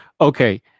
Okay